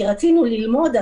כי הרי רצינו ללמוד,